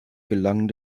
gelang